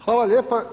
Hvala lijepa.